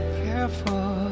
careful